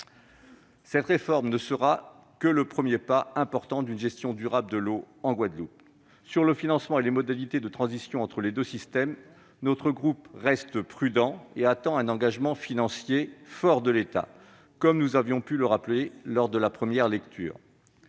Cette réforme ne sera que le premier pas important d'une gestion durable de l'eau en Guadeloupe. En ce qui concerne le financement et les modalités de transition entre les deux systèmes, notre groupe reste prudent et attend un engagement financier fort de l'État, comme nous l'avons rappelé en première lecture.